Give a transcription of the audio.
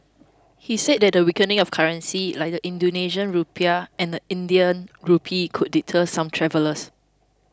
he said the weakening of currencies like the Indonesian Rupiah and Indian Rupee could deter some travellers